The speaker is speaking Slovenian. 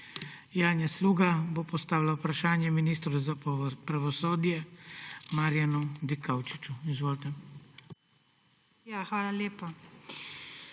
Janja Sluga bo postavila vprašanje ministru za pravosodje, Marjanu Dikaučiču. Izvolite. JANJA SLUGA